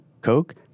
Coke